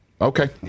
Okay